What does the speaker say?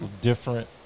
different